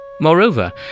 Moreover